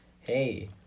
hey